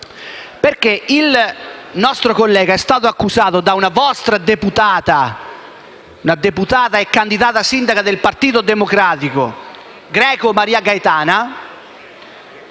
parole. Il nostro collega è stato accusato da una vostra deputata e candidata sindaco del Partito Democratico, Greco Maria Gaetana,